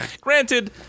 Granted